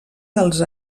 dels